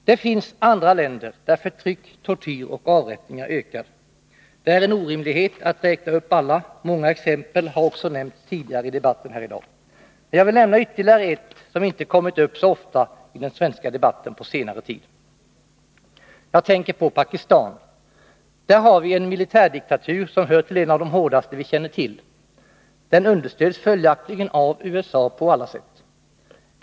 Det finns andra länder där förtryck, tortyr och avrättningar ökar. Det är en orimlighet att räkna upp alla — många exempel har också nämnts tidigare i debatten här i dag. Men jag vill nämna ytterligare ett som inte kommit upp så ofta i den svenska debatten på senare tid. Jag tänker på Pakistan. Där har vi en militärdiktatur som hör till de hårdaste vi känner till. Den understöds följaktligen av USA på alla sätt.